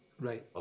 Right